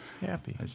Happy